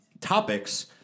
topics